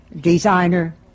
designer